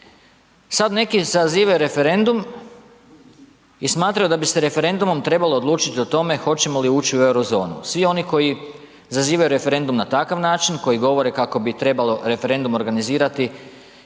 Sad neki zazivaju referendum i smatraju da bi se referendumom trebalo odlučiti o tome hoćemo li ući u euro zonu. Svi oni koji zazivaju referendum na takav način, koji govore kako bi trebalo referendum organizirati